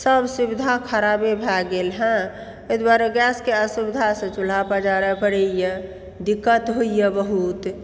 सब सुविधा खरापे भए गेल हँ एहि दुआरे गैसके असुविधासँ चूल्हा पजारऽ पड़ैए दिक्कत होइए बहुत